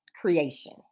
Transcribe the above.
creation